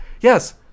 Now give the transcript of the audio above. yes